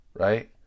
Right